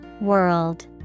World